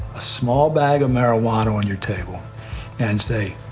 a small bag of marijuana on your table and say,